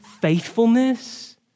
faithfulness